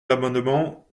l’amendement